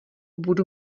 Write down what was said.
budu